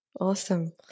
awesome